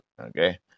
Okay